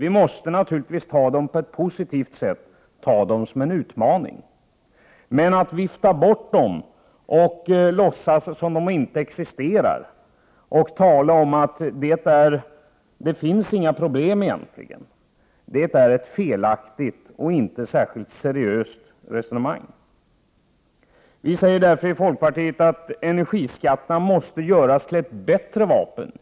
Vi måste naturligtvis ta dem på ett positivt sätt, som en utmaning, men att vifta bort dem och låtsas som om de inte existerar och tala om att det egentligen inte finns några problem är ett felaktigt och inte särskilt seriöst resonemang. Vi säger därför i folkpartiet att energiskatterna måste göras till ett bättre vapen